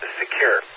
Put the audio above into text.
secure